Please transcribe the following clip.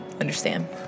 understand